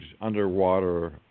underwater